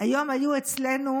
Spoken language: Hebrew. היום היו אצלנו,